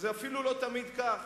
וזה אפילו לא תמיד כך.